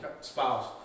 spouse